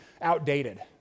outdated